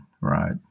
right